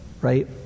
right